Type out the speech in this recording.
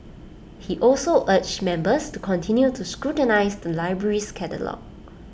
he also urged members to continue to scrutinise the library's catalogues